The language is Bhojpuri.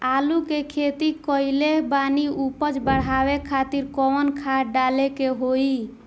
आलू के खेती कइले बानी उपज बढ़ावे खातिर कवन खाद डाले के होई?